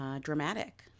dramatic